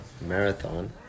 marathon